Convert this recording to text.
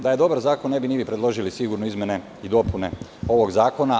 Da je dobar zakon, ne bi ni vi predložili izmene i dopune ovog zakona.